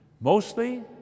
Mostly